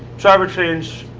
driver change,